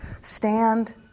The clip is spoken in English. stand